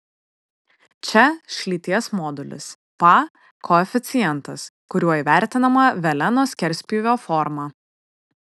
čia šlyties modulis pa koeficientas kuriuo įvertinama veleno skerspjūvio forma